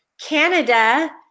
Canada